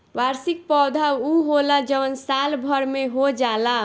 वार्षिक पौधा उ होला जवन साल भर में हो जाला